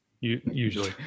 Usually